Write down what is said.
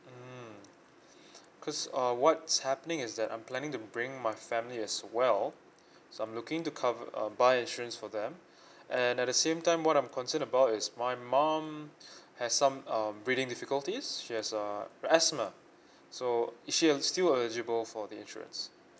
mmhmm because uh what's happening is that I'm planning to bring my family as well so I'm looking to cover uh buy insurance for them and at the same time what I'm concerned about is my mum has some um breathing difficulties she has a uh asthma so is she will still eligible for the insurance